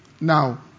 Now